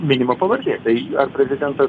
minima pavardė tai ar prezidentas